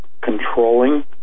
controlling